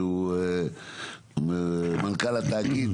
שהוא מנכ"ל התאגיד,